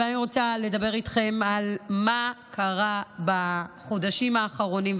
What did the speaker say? אבל אני רוצה לדבר איתכם על מה שקרה בחודשים האחרונים,